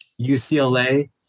UCLA